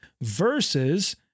versus